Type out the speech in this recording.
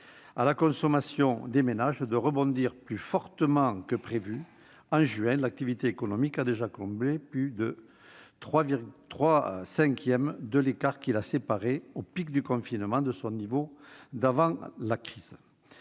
à la consommation des ménages de rebondir plus fortement que prévu : en juin, l'activité économique a déjà comblé près des trois cinquièmes de l'écart qui la séparait, au pic du confinement, de son niveau d'avant la crise.